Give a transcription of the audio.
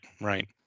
right